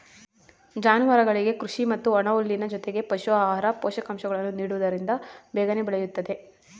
ಜಾನುವಾರುಗಳಿಗೆ ಕೃಷಿ ಮತ್ತು ಒಣಹುಲ್ಲಿನ ಜೊತೆಗೆ ಪಶು ಆಹಾರ, ಪೋಷಕಾಂಶಗಳನ್ನು ನೀಡುವುದರಿಂದ ಬೇಗನೆ ಬೆಳೆಯುತ್ತದೆ